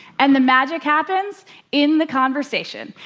and the magic happens in the conversation.